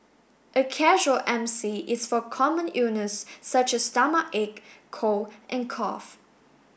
a casual M C is for common illness such as stomachache cold and cough